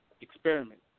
experiment